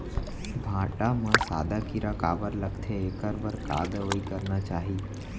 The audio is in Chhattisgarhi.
भांटा म सादा कीरा काबर लगथे एखर बर का दवई करना चाही?